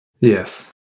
Yes